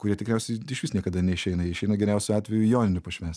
kurie tikriausiai išvis niekada neišeina jie išeina geriausiu atveju joninių pašvęst